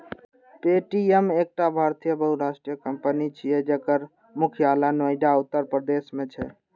Paytm एकटा भारतीय बहुराष्ट्रीय कंपनी छियै, जकर मुख्यालय नोएडा, उत्तर प्रदेश मे छै